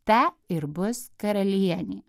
ta ir bus karalienė